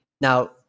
Now